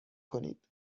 کنید